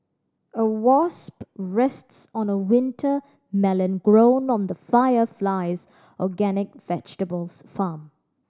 a wasp rests on a winter melon grown on the Fire Flies organic vegetables farm